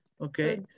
Okay